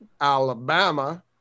Alabama